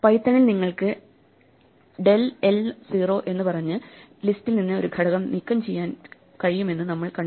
പൈത്തണിൽ നിങ്ങൾക്ക് dell0 എന്ന് പറഞ്ഞു ലിസ്റ്റിൽ നിന്ന് ഒരു ഘടകം നീക്കംചെയ്യാൻ കഴിയുമെന്ന് നമ്മൾ കണ്ടു